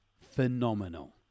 phenomenal